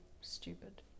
stupid